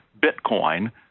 Bitcoin